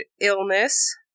illness